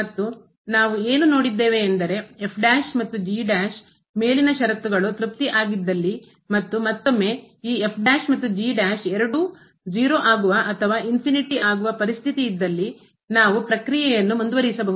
ಮತ್ತು ನಾವು ಏನು ನೋಡಿದ್ದೇವೆ ಎಂದರೆ ಮತ್ತು ಮೇಲಿನ ಷರತ್ತುಗಳು ತೃಪ್ತಿ ಆಗಿದ್ದಲ್ಲಿ ಮತ್ತು ಮತ್ತೊಮ್ಮೆ ಈ ಮತ್ತು ಎರಡೂ 0 ಆಗುವ ಅಥವಾ ಆಗುವ ಪರಿಸ್ಥಿತಿ ಇದ್ದಲ್ಲಿ ನಾವು ಪ್ರಕ್ರಿಯೆಯನ್ನು ಮುಂದುವರಿಸಬಹುದು